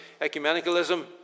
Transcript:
ecumenicalism